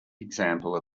example